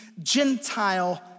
Gentile